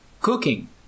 Cooking